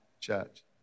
church